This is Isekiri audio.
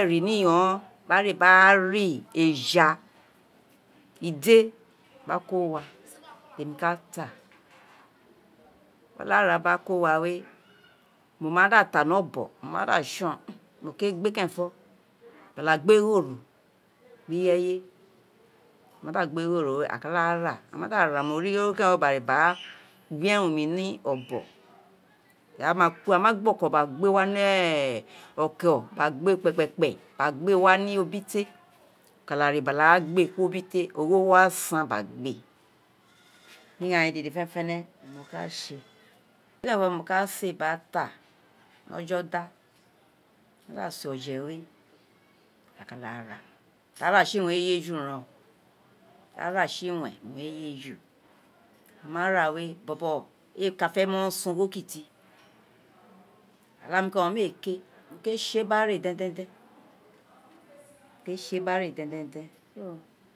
ren ré ni iyon ghọn regbe re ra éja, idé gba ko wa ti emi ka ta, mo ma ra gba ko wa wémo ma da ta ni abona mo ma son ti emi kerenfọ, mo kada gbe ghoro gbé irẹye, mo mada gbe ghoro aka da ra, a ma da ra mo ri ogho kẹrẹnfọ gba ra gbé erun mi ni obon, ira ma to aghan ma gba oko ko wa ni oko gba gbé kpe kpe kpe gba gbé wa ru oboté aka da ré gbara gbé kuri obite ogho wo wa san gba gbé iyanyin dede fenefene kerento ma ka sé gba ta mo ma da séoje wé aka dara, ti a ra si iwen awun re ye ju, a ma ra wé bobo éè ka fe mo, san ogho kuti oláàmi keren méè kéè, mo kpé sé gba ré dẹndẹndeṇ mo kpe ṣé gbaré dẹndẹndẹn